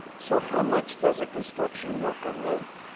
so how much does a construction worker make?